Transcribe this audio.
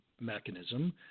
mechanism